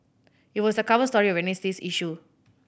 it was the cover story of Wednesday's issue